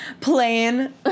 Plain